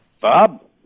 bob